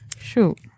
Shoot